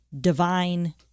divine